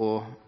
og